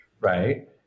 Right